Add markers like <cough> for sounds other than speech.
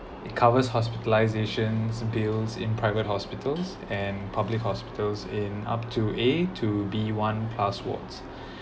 it covers hospitalisation bills in private hospitals and and public hospitals in up to A to B one plus wards <breath>